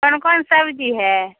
कोन कोन सब्जी हइ